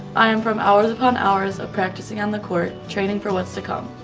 i am from hours upon hours of practicing on the court training for what's to come.